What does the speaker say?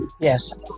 Yes